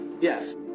Yes